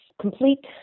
complete